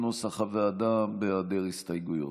כנוסח הוועדה, בהיעדר הסתייגויות.